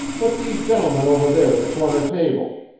put these gentlemen over there at the corner table.